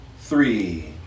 three